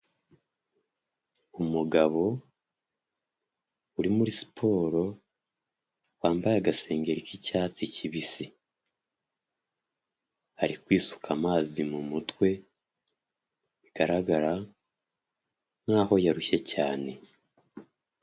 Umugabo uri muri siporo wambaye agasenge k'icyatsi kibisi, ari kwisuka amazi mu mutwe bigaragara nkaho yarushye cyane.